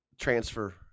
transfer